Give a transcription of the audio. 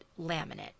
laminate